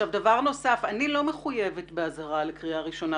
אני לא מחויבת באזהרה לקריאה ראשונה,